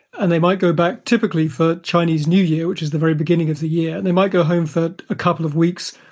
and they might go back typically for chinese new year, which is the very beginning of the year. they might go home for a couple of weeks.